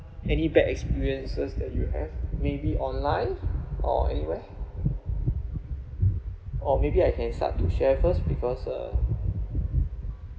any bad experiences that you have maybe online or anywhere or maybe I can start to share first because uh